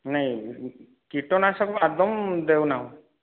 ନାଇଁ କୀଟନାଶକ ଆଦୌ ଦେଉନାହୁଁ